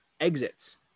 exits